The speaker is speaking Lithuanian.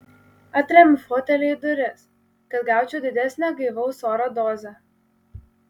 atremiu fotelį į duris kad gaučiau didesnę gaivaus oro dozę